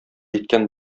иткән